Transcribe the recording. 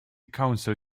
council